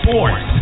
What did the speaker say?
Sports